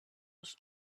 was